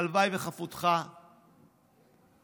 הלוואי שחפותך תתקיים.